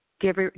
give